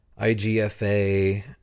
IGFA